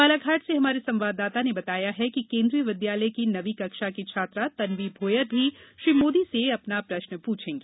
बालाघाट से हमारे संवाददाता ने बताया है कि केंद्रीय विद्यालय की नवी कक्षा की छात्रा तन्वी भोयर भी श्री मोदी से अपना प्रश्न पूछेंगी